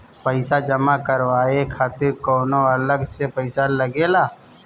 पईसा जमा करवाये खातिर कौनो अलग से पईसा लगेला?